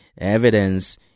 evidence